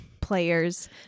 players